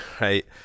Right